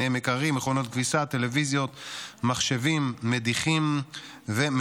אשר נמצאים בכל בית